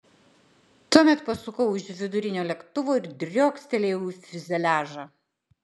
tuomet pasukau už vidurinio lėktuvo ir driokstelėjau į fiuzeliažą